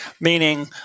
Meaning